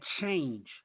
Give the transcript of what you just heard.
change